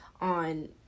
on